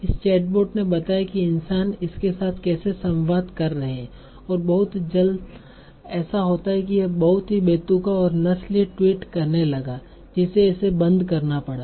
इस चैटबोट ने बताया कि इंसान इसके साथ कैसे संवाद कर रहे हैं और बहुत जल्द ऐसा होता है कि यह बहुत ही बेतुका और नस्लीय ट्वीट करने लगा जिससे इसे बंद करना पड़ा